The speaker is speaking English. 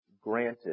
granted